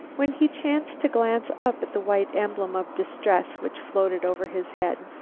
when he chanced to glance up at the white emblem of distress which floated over his head.